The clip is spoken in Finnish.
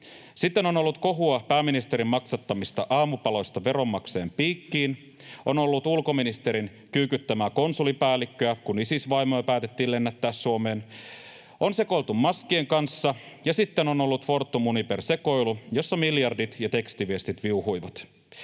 Sitten on ollut kohua pääministerin maksattamista aamupaloista veronmaksajien piikkiin, on ollut ulkoministerin kyykyttämää konsulipäällikköä, kun Isis-vaimoja päätettiin lennättää Suomeen, on sekoiltu maskien kanssa, ja sitten on ollut Fortum-Uniper-sekoilu, jossa miljardit ja tekstiviestit viuhuivat.